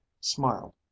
smiled